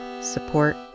support